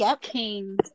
king